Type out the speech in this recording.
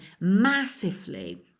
massively